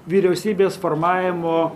vyriausybės formavimo